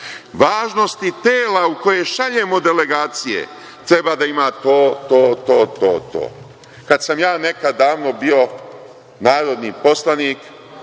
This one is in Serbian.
važnosti tela u koje šaljemo delegacije treba da ima to, to, to. Kada sam ja nekada davno bio narodni poslanik